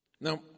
Now